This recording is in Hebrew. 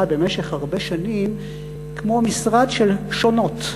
במשך הרבה שנים כמו משרד של "שונות"